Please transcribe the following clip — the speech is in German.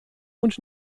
und